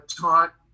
taught